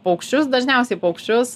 paukščius dažniausiai paukščius